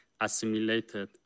assimilated